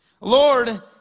Lord